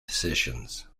decisions